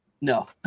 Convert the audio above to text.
No